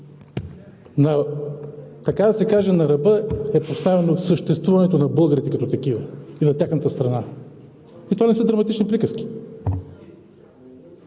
Така да се каже, на ръба е поставено съществуването на българите като такива и на тяхната страна, което не са драматични приказки.